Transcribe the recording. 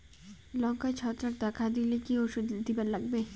লঙ্কায় ছত্রাক দেখা দিলে কি ওষুধ দিবার লাগবে?